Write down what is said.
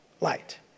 light